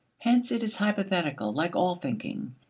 hence it is hypothetical, like all thinking.